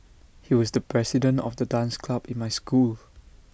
he was the president of the dance club in my school